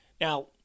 now